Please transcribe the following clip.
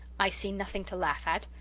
i see nothing to laugh at.